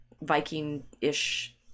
Viking-ish